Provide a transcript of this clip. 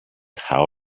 how